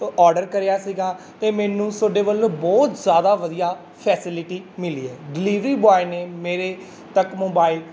ਉਹ ਆਰਡਰ ਕਰਿਆ ਸੀਗਾ ਅਤੇ ਮੈਨੂੰ ਤੁਹਾਡੇ ਵੱਲੋਂ ਬਹੁਤ ਜ਼ਿਆਦਾ ਵਧੀਆ ਫੈਸਿਲਿਟੀ ਮਿਲੀ ਹੈ ਡਿਲੀਵਰੀ ਬੋਏ ਨੇ ਮੇਰੇ ਤੱਕ ਮੋਬਾਈਲ